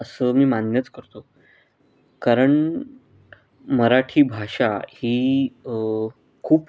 असं मी मान्यच करतो कारण मराठी भाषा ही खूप